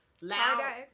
Loud